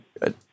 Good